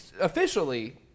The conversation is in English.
officially